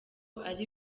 ari